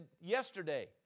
yesterday